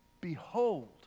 behold